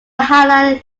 highland